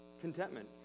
Contentment